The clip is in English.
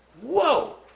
Whoa